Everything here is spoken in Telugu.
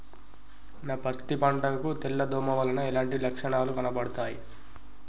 నా పత్తి పంట కు తెల్ల దోమ వలన ఎలాంటి లక్షణాలు కనబడుతాయి?